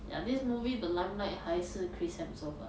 ya this movie the limelight 还是 chris hemsworth ah